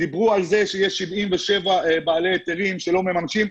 דיברו על זה שיש 77 בעלי היתרים שלא מממשים.